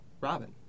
Robin